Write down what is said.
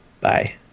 Bye